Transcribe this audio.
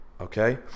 okay